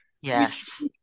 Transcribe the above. yes